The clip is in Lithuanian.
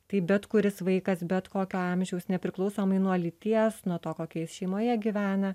tai bet kuris vaikas bet kokio amžiaus nepriklausomai nuo lyties nuo to kokioj jis šeimoje gyvena